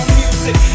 music